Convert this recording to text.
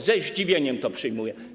Ze zdziwieniem to przyjmuję.